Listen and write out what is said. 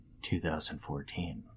2014